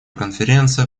конференция